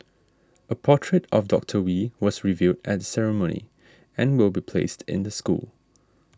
a portrait of Doctor Wee was revealed at the ceremony and will be placed in the school